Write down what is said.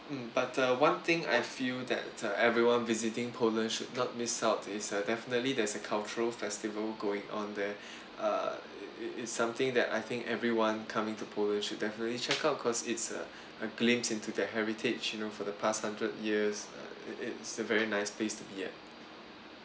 mm but uh one thing I feel that uh everyone visiting poland should not miss out is uh definitely there's a cultural festival going on there uh it it it something that I think everyone coming to poland should definitely check out cause it's a a glimpse into their heritage you know for the past hundred years it it's a very nice place to be ah